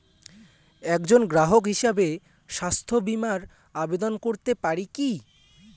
একজন গ্রাহক হিসাবে স্বাস্থ্য বিমার আবেদন করতে পারি কি?